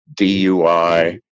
DUI